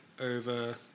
over